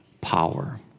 power